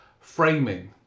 framing